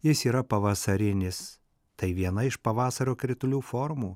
jis yra pavasarinis tai viena iš pavasario kritulių formų